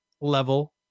level